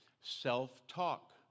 Self-talk